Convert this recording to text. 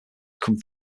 come